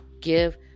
Give